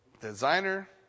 Designer